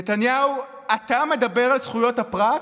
נתניהו, אתה מדבר על זכויות הפרט?